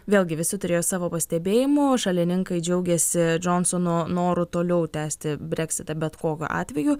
vėlgi visi turėjo savo pastebėjimų šalininkai džiaugiasi džonsono noru toliau tęsti breksitą bet kokiu atveju